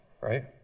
Right